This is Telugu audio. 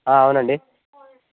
అవును అండి